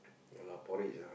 ya porridge ah